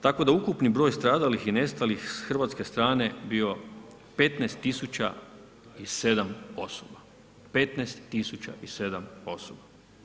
Tako da je ukupni broj stradalih i nestalih sa hrvatske strane bio 15 tisuća i 7 osoba, 15 tisuća i 7 osoba.